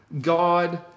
God